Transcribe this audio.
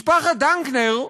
משפחת דנקנר",